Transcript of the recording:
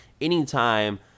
anytime